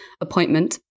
appointment